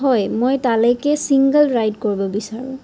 হয় মই তাৰলৈকে ছিংগল ৰাইড কৰিব বিচাৰোঁ